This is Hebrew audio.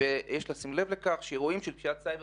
יש לשים לב לכך שאירועים של פשיעת סייבר